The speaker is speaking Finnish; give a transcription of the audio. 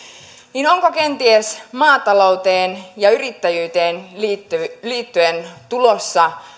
niin onko kenties maatalouteen ja yrittäjyyteen liittyen tulossa